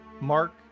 Mark